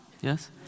yes